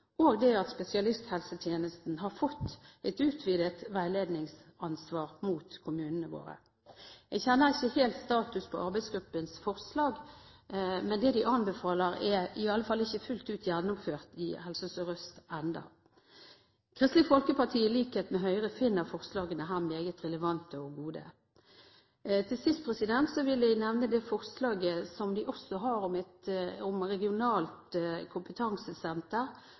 og det at spesialisthelsetjenesten har fått et utvidet veiledningsansvar mot kommunene våre. Jeg kjenner ikke helt statusen til arbeidsgruppens forslag, men det den anbefaler, er i alle fall ikke fullt ut gjennomført i Helse Sør-Øst ennå. Kristelig Folkeparti, i likhet med Høyre, finner forslagene her meget relevante og gode. Til sist vil jeg nevne det forslaget som de også har, om et regionalt kompetansesenter